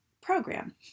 program